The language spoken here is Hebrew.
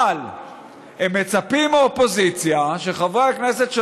אבל הם מצפים מהאופוזיציה שחברי הכנסת של